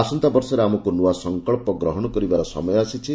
ଆସନ୍ତାବର୍ଷରେ ଆମକୁ ନୂଆ ସଂକଳ୍ପ ଗ୍ରହଣ କରିବାର ସମୟ ଆସିଛି